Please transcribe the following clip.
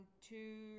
two